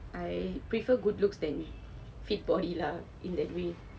I prefer good looks than fit body lah in that way